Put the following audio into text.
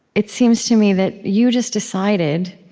it seems to me that you just decided,